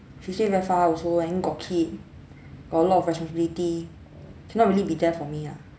she stay very far also and then got kid got a lot of responsibility cannot really be there for me ah